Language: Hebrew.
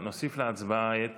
ההצעה להעביר את